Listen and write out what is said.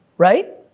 right?